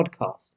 Podcast